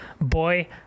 boy